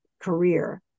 career